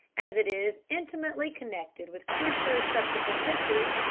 as it is intimately connected with crusoe's subsequent history,